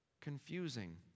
confusing